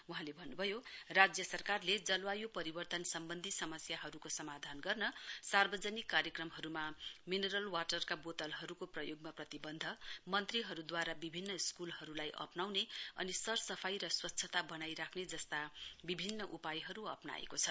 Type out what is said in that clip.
वहाँले भन्नु भयो राज्य सरकारले जलवायु परिवर्तन सम्बन्धी समस्याहरूको समाधान गर्न सार्वजनिक कार्यक्रमहरूमा मिनरल वाटरका बोतहरूको प्रयोगमा प्रतिबन्ध मन्त्रीहरूद्वारा विभिन्न स्कूलहरूलाई अप्राउने अनि सरसफाई र स्वच्छता बनाई राख्ने जस्ता विभिन्न उपायहरू अप्राएको छ